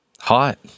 Hot